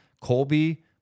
Colby